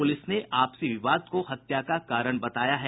police ने आपसी विवाद को हत्या का कारण बताया है